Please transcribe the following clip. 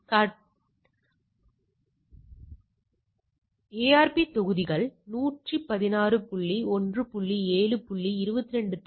எனவே CHI TEST உண்மையானவை வகுத்தல் எதிர்பார்த்தவை நமக்கு 0